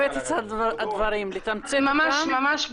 של המשטרה.